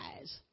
eyes